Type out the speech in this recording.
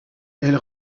elle